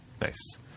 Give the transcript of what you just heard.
Nice